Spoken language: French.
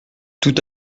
tout